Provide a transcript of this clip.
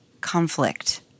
conflict